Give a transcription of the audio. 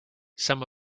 some